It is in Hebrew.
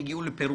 הגיעו לפירוק,